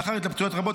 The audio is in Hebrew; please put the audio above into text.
לאחר התלבטויות רבות,